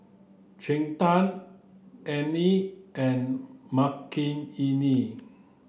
Chetan Anil and Makineni